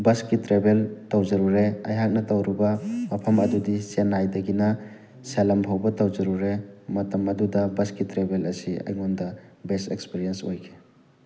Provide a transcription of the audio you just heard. ꯕꯁꯀꯤ ꯇ꯭ꯔꯦꯕꯦꯜ ꯇꯧꯖꯔꯨꯔꯦ ꯑꯩꯍꯥꯛꯅ ꯇꯧꯔꯨꯕ ꯃꯐꯝ ꯑꯗꯨꯗꯤ ꯆꯦꯟꯅꯥꯏꯗꯒꯤꯅ ꯁꯦꯂꯝ ꯐꯥꯎꯕ ꯇꯧꯖꯔꯨꯔꯦ ꯃꯇꯝ ꯑꯗꯨꯗ ꯕꯁꯀꯤ ꯇ꯭ꯔꯦꯕꯦꯜ ꯑꯁꯤ ꯑꯩꯉꯣꯟꯗ ꯕꯦꯁꯠ ꯑꯦꯛꯁꯄꯔꯤꯌꯦꯟꯁ ꯑꯣꯏꯈꯤ